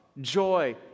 joy